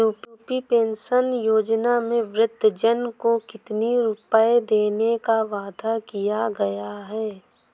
UP pension योजना में वृद्धजन को कितनी रूपये देने का वादा किया गया है?